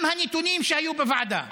גם הנתונים שהיו בוועדה,